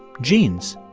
genes.